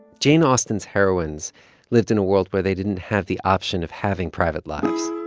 jane austen's heroines lived in a world where they didn't have the option of having private lives.